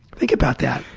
think about that.